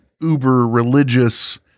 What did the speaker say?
uber-religious